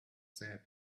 sand